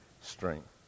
strength